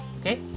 Okay